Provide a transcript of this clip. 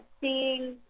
seeing